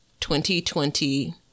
2020